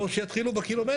נו אז שיתחילו בקילומטר.